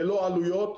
ללא עלויות,